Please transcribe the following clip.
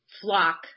flock